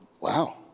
wow